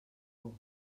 por